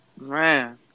man